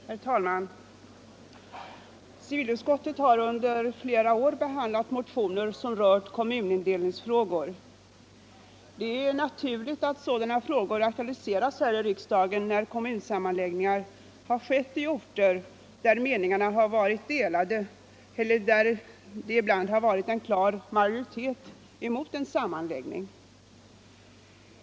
Herr talman! Civilutskottet har under flera år behandlat motioner som rört kommunindelningsfrågor. Det är naturligt att sådana frågor aktualiseras här i riksdagen när kommunsammanläggningar har skett i orter där meningarna har varit delade eller där det ibland har varit klar majoritet emot en sammanläggning.